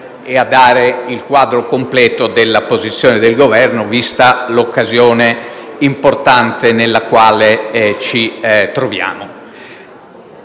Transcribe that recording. e dare il quadro completo della posizione dell'Esecutivo, vista l'occasione importante in cui ci troviamo.